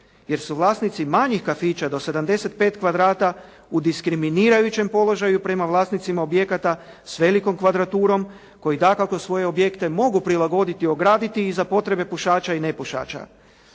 jer su vlasnici manjih kafića do 75 kvadrata u diskriminirajućem položaju prema vlasnicima objekata s velikom kvadraturom koji dakako svoje objekte mogu prilagoditi i ograditi za potrebe pušača i nepušača.